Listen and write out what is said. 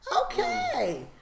Okay